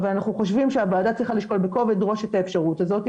אבל אנחנו חושבים שהוועדה צריכה לשקול בכובד ראש את האפשרות הזאתי,